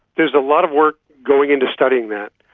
there's a lot of work going into studying that.